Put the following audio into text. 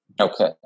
okay